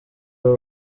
abo